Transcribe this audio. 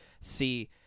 see